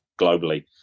globally